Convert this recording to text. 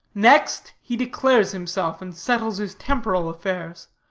next, he declares himself and settles his temporal affairs.